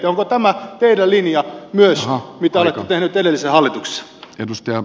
onko tämä teidän linjanne myös mitä olette tehneet edellisessä hallituksessa